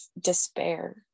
despair